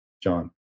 John